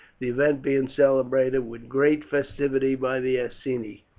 the event being celebrated with great festivity by the iceni,